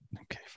Okay